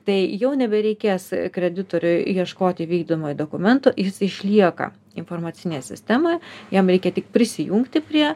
tai jau nebereikės kreditoriui ieškoti vykdomojo dokumento jis išlieka informacinėje sistemoje jam reikia tik prisijungti prie